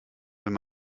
wenn